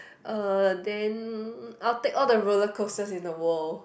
uh then I will take all the roller coasters in the world